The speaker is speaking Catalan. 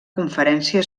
conferència